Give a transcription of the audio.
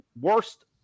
worst